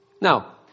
Now